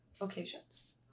occasions